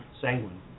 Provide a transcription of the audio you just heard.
sanguine